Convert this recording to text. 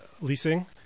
leasing